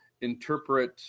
interpret